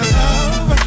love